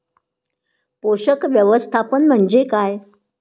पोषक व्यवस्थापन म्हणजे काय?